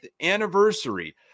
anniversary